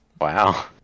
Wow